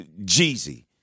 Jeezy